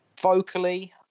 Vocally